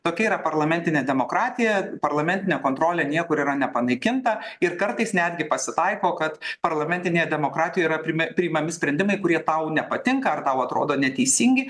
tokia yra parlamentinė demokratija parlamentinė kontrolė niekur yra nepanaikinta ir kartais netgi pasitaiko kad parlamentinėje demokratijoj yra priima priimami sprendimai kurie tau nepatinka ar tau atrodo neteisingi